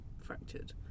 fractured